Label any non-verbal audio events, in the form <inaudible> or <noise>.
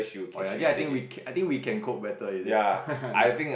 oh ya actually I think we can I think we can cope better is it <laughs>